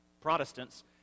Protestants